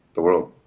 the world.